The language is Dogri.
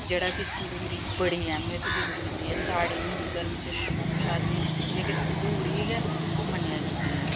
जेह्ड़ा केह् संदूर ई बड़ी ऐह्मियत दिंदी ऐ साढ़ी हिंदू धर्म च शादी संदूर ई गै मन्नेआ जंदा ऐ